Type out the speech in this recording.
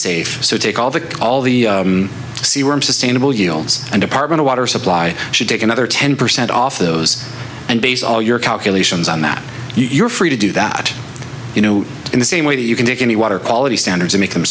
safe so take all the all the sea worm sustainable yields and department of water supply should take another ten percent off those and base all your calculations on that you're free to do that you know in the same way that you can take any water quality standards or make